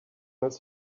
his